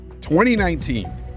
2019